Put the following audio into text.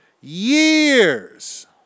years